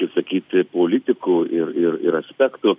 kaip sakyti politikų ir ir ir aspektų